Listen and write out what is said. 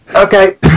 Okay